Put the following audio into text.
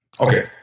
Okay